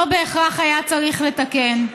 לא בהכרח היה צריך לתקן.